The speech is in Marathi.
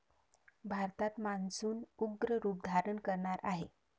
भारतात मान्सून उग्र रूप धारण करणार आहे